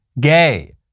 gay